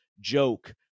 joke